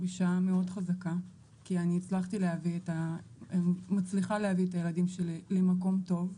אישה מאוד חזקה כי אני הצלחתי להביא את הילדים שלי למקום טוב,